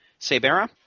Sabera